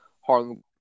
Harlem –